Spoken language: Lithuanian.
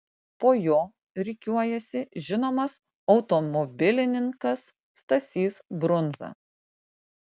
po jo rikiuojasi žinomas automobilininkas stasys brundza